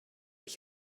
ich